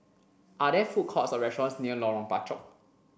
are there food courts or restaurants near Lorong Bachok